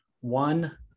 One